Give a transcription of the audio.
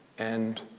and